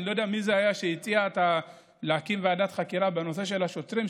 אני לא יודע מי זה היה שהציע להקים ועדת חקירה בנושא של השוטרים,